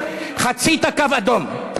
חצית קו אדום.